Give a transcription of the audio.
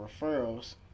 referrals